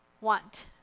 want